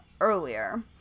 earlier